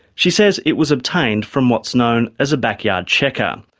she says it was obtained from what's known as a backyard checker.